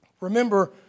Remember